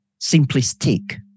simplistic